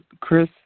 Chris